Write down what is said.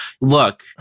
Look